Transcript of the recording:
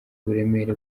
uburemere